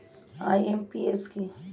IMPS কি?